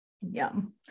yum